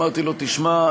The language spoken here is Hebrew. אמרתי לו: תשמע,